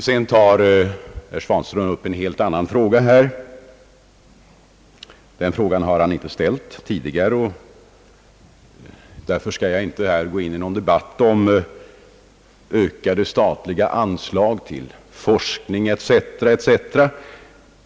Så tar herr Svanström upp en helt ny fråga, som han alltså inte har ställt tidigare. Därför skall jag inte nu gå in i någon debatt om ökade statliga anslag till forskning etc.